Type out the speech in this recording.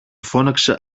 φώναξε